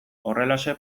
horrelaxe